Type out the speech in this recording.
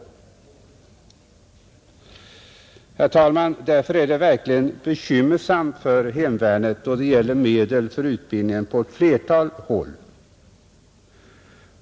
Detta är också ett bevis på ett starkt ökat övningsom fång. Herr talman! Det är verkligen bekymmersamt för hemvärnet då det gäller medel för utbildningen på ett flertal håll.